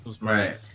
right